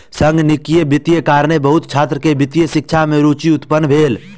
संगणकीय वित्तक कारणेँ बहुत छात्र के वित्तीय शिक्षा में रूचि उत्पन्न भेल